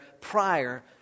prior